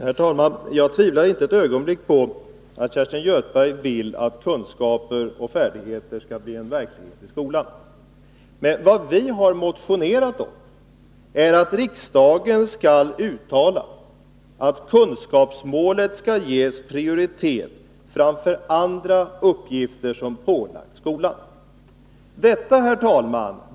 Herr talman! Jag tvivlar inte ett ögonblick på att Kerstin Göthberg vill att kunskaper och färdigheter skall bli en verklighet i skolan. Men vad vi har motionerat om är att riksdagen skall uttala att kunskapsmålet skall ges prioritet framför andra uppgifter som pålagts skolan.